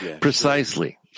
precisely